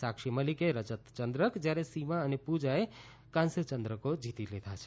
સાક્ષી મલીકે રજત ચંદ્રક જ્યારે સીમા અને પુજાએ કાંસ્ય ચંદ્રકો જીતી લીધા છે